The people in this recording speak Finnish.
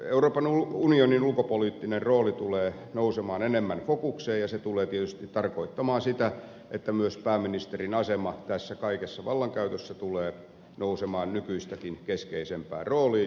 euroopan unionin ulkopoliittinen rooli tulee nousemaan enemmän fokukseen ja se tulee tietysti tarkoittamaan sitä että myös pääministerin asema tässä kaikessa vallankäytössä tulee nousemaan nykyistäkin keskeisempään rooliin